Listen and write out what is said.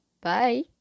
Bye